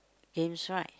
games right